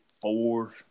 four